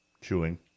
Chewing